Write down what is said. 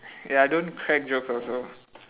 ya I don't crack jokes also